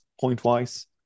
point-wise